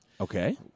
Okay